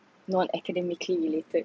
non academically related